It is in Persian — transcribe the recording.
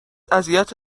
اذیت